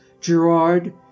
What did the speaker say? gerard